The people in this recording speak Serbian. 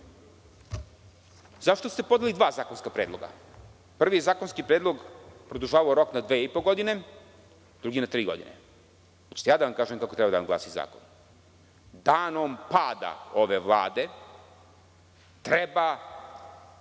Zašto ste podneli dva zakonska predloga? Prvi zakonski predlog je produžavao rok na dve i po godine, drugi na tri godine. Hoćete li ja da vam kažem kako treba da vam glasi zakon? Danom pada ove Vlade treba